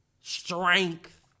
strength